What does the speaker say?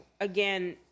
again